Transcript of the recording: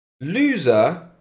loser